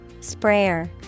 Sprayer